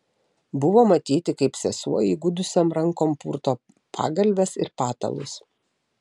buvo matyti kaip sesuo įgudusiom rankom purto pagalves ir patalus